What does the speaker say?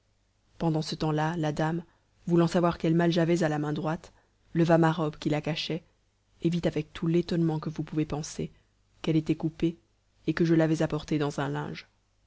pendant ce temps-là la dame voulant savoir quel mal j'avais à la main droite leva ma robe qui la cachait et vit avec tout l'étonnement que vous pouvez penser qu'elle était coupée et que je l'avais apportée dans un linge